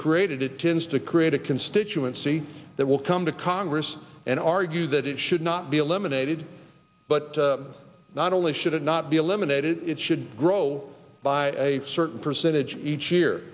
created it tends to create a constituency that will come to congress and argue that it should not be eliminated but not only should it not be eliminated it should grow by a certain percentage each year